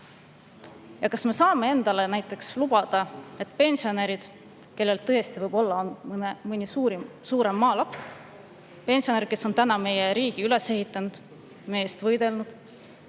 Ja kas me saame endale näiteks lubada, et pensionärid, kellel tõesti võib olla mõni suurem maalapp, pensionärid, kes on meie riigi üles ehitanud, meie eest võidelnud,